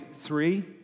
three